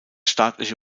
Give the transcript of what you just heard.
staatliche